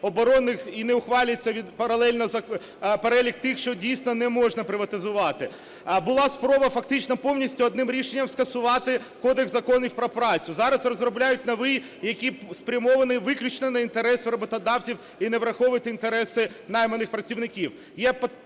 і не ухвалюється паралельно перелік тих, що дійсно не можна приватизувати. Була спроба фактично повністю одним рішенням скасувати Кодекс законів про працю, зараз розробляють новий, який спрямований виключно на інтереси роботодавців і не враховує інтереси найманих працівників.